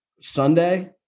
Sunday